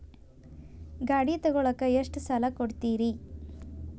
ಗಾಡಿ ತಗೋಳಾಕ್ ಎಷ್ಟ ಸಾಲ ಕೊಡ್ತೇರಿ?